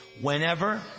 Whenever